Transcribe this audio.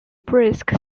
brisk